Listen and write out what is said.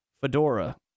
fedora